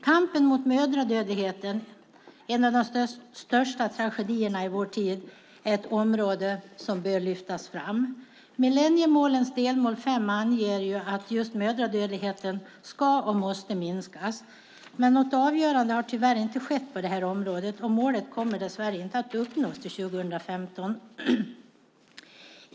Kampen mot mödradödligheten, en av de största tragedierna i vår tid, är ett område som bör lyftas fram. Millenniemålens delmål 5 anger att just mödradödligheten ska och måste minskas. Men något avgörande har tyvärr inte skett på området, och målet kommer dess värre inte att uppnås till 2015.